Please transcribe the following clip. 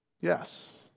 Yes